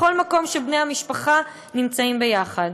בכל מקום שבני המשפחה נמצאים יחד.